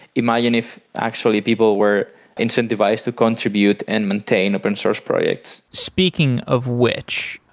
imagine if actually people were incentivized to contribute and maintain open source projects speaking of which,